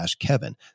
kevin